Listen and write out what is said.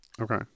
Okay